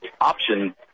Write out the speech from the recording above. option